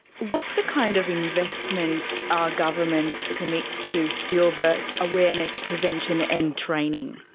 what's the kind of investment our governments commit to stillbirth awareness, prevention and training?